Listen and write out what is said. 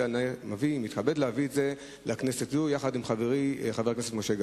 ואני מתכבד להביא אותה לכנסת זו יחד עם חברי חבר הכנסת משה גפני.